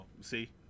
see